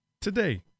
today